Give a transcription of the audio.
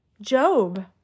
Job